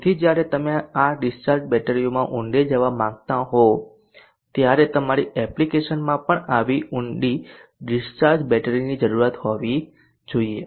તેથી જ્યારે તમે આ ડીસ્ચાર્જ બેટરીઓમાં ઊંડે જવા માંગતા હો ત્યારે તમારી એપ્લિકેશનમાં પણ આવી ઊંડી ડીસ્ચાર્જ બેટરીની જરૂરિયાત હોવી જોઈએ